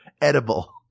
edible